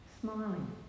Smiling